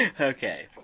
Okay